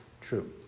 true